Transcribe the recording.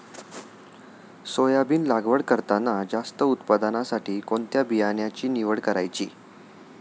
Soybean लागवड करताना जास्त उत्पादनासाठी कोणत्या बियाण्याची निवड करायची?